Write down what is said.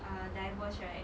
uh divorce right